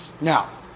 Now